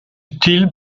utile